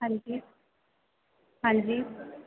ਹਾਂਜੀ ਹਾਂਜੀ